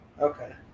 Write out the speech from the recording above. Okay